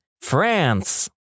France